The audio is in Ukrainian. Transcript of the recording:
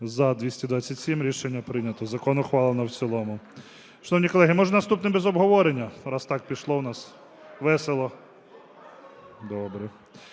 За-227 Рішення прийнято. Закон ухвалено в цілому. Шановні колеги, може, наступний без обговорення, раз так пішло у нас весело? Добре.